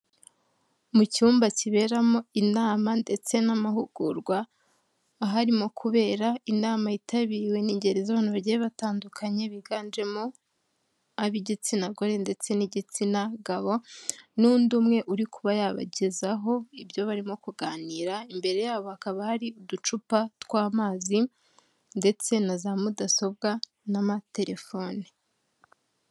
Mu cyumba kiberamo inama ndetse n'amahugurwa aharimo kubera inama yitabiriwe n'ingeri z'abantu bagiye batandukanye, biganjemo ab'igitsina gore ndetse n'igitsina gabo n'undi umwe uri kuba yabagezaho ibyo barimo kuganira, imbere yabo hakaba hari uducupa tw'amazi ndetse na za mudasobwa n'amatelefone.